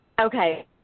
Okay